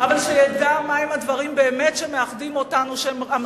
אבל שידע מהם הדברים שמאחדים אותנו באמת,